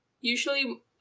usually